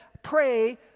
pray